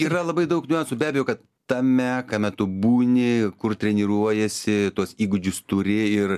yra labai daug niuansų be abejo kad tame kame tu būni kur treniruojiesi tuos įgūdžius turi ir